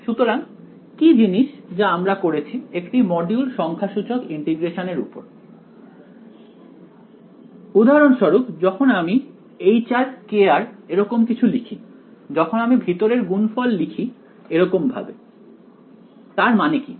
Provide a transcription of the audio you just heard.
সুতরাং কি জিনিস যা আমরা করেছি একটি মডিউল সংখ্যাসূচক ইন্টিগ্রেশন এর উপর উদাহরণস্বরূপ যখন আমি h k এরকম কিছু লিখি যখন আমি ভেতরের গুণফল লিখি এরকম ভাবে তার মানে কি